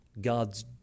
God's